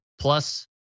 plus